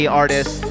artists